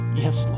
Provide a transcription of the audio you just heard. yes